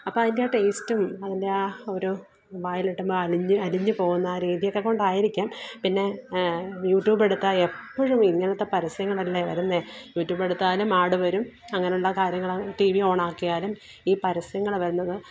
അപ്പോൾ അതിന്റെ ആ ടേസ്റ്റും അതിന്റെ ആ ഒരു വായിലിടുമ്പോൾ അലിഞ്ഞ് അലിഞ്ഞ് പോകുന്ന ആ രീതിയൊക്കെ കൊണ്ടായിരിക്കാം പിന്നെ യൂട്യൂബ് എടുത്താൽ എപ്പോഴും ഇങ്ങനത്തെ പരസ്യങ്ങളല്ലെ വരുന്നത് യൂട്യൂബ് എടുത്താലും ആഡ് വരും അങ്ങനെയുള്ള കാര്യമാണ് ടി വി ഓൺ ആക്കിയാലും ഈ പരസ്യങ്ങൾ വരുന്നത്